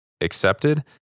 accepted